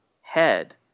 Head